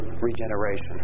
regeneration